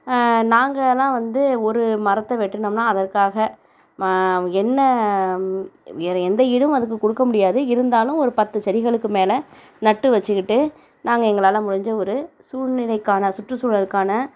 நாங்களாம் வந்து ஒரு மரத்தை வெட்டுனம்ன்னா அதற்காக என்ன வேறு எந்த ஈடும் அதுக்கு கொடுக்க முடியாது இருந்தாலும் ஒரு பத்து செடிகளுக்கு மேலே நட்டு வச்சிக்கிட்டு நாங்கள் எங்களால் முடிஞ்ச ஒரு சூழ்நிலைக்கான சுற்றுசூழலுக்கான